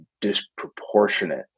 disproportionate